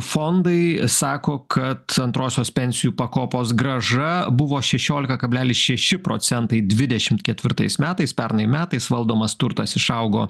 fondai sako kad antrosios pensijų pakopos grąža buvo šešiolika kablelis šeši procentai dvidešimt ketvirtais metais pernai metais valdomas turtas išaugo